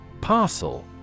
Parcel